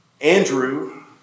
Andrew